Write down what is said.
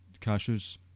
cashews